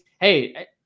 hey